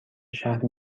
شهر